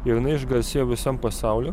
ir jinai išgarsėjo visam pasauly